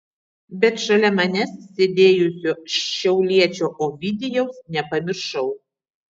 bet šalia manęs sėdėjusio šiauliečio ovidijaus nepamiršau